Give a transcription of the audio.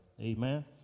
Amen